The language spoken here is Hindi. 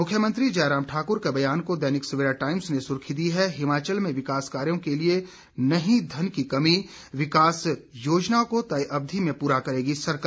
मुख्यमंत्री जयराम ठाकुर के बयान को दैनिक सवेरा टाइम्स ने सुर्खी दी है हिमाचल में विकास कार्यों के लिये नहीं धन की कमी विकास योजनाओं को तय अवधि में पूरा करेगी सरकार